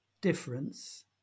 difference